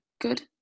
good